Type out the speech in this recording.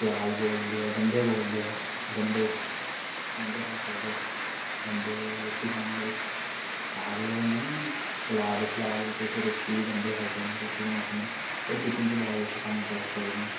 प्याज बोलदे ऐ गंढे बोलदे ऐ गंढे गंढे खाई सकदे गंढे रुट्टी खानी ते आखदे होंदे नी सलाद सलाद बिच्च रुट्टी गंढे खाई सकने कुछ बनाई सकने होर किचन च बड़ा कुछ कम्म करी सकने